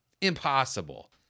impossible